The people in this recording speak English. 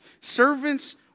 Servants